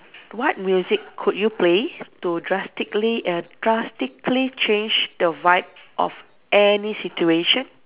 what music could you play to drastically err drastically change the vibe of any situation